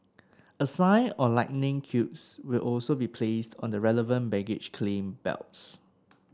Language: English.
a sign or lightning cubes will also be placed on the relevant baggage claim belts